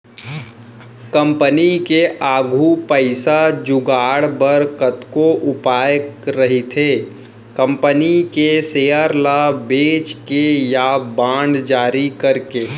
company के आघू पइसा जुगाड़ बर कतको उपाय रहिथे कंपनी के सेयर ल बेंच के या बांड जारी करके